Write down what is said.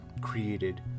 created